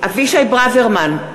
אבישי ברוורמן,